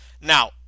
Now